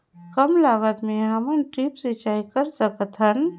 कम लागत मे हमन ड्रिप सिंचाई कर सकत हन?